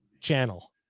channel